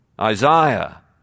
Isaiah